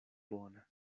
bona